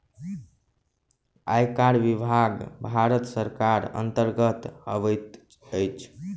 आयकर विभाग भारत सरकारक अन्तर्गत अबैत अछि